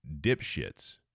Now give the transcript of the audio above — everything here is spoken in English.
dipshits